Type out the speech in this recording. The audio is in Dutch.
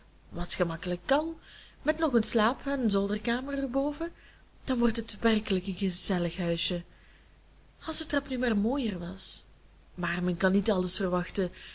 wat gemakkelijk kan met nog een slaap en zolderkamer erboven dan wordt het werkelijk een gezellig huisje als de trap nu maar mooier was maar men kan niet alles verwachten